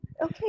okay